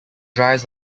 drives